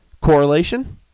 Correlation